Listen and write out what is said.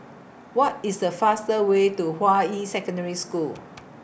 What IS The faster Way to Hua Yi Secondary School